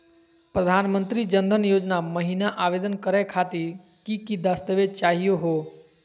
प्रधानमंत्री जन धन योजना महिना आवेदन करे खातीर कि कि दस्तावेज चाहीयो हो?